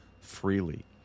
freely